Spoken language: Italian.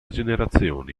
generazioni